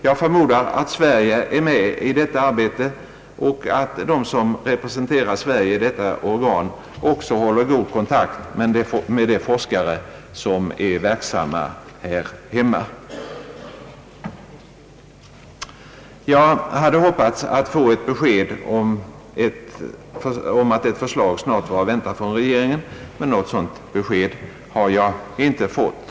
Jag förmodar att Sverige är med i detta arbete och att de som representerar Sverige i detta organ också håller god kontakt med de forskare som är verksamma här hemma. Jag hade hoppats att få ett besked om att förslag snart var att vänta från regeringen, men något sådant besked har jag inte fått.